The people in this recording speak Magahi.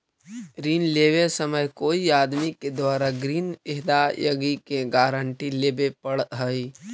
ऋण लेवे समय कोई आदमी के द्वारा ग्रीन अदायगी के गारंटी लेवे पड़ऽ हई